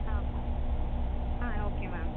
ஆ ஆ okay ma'am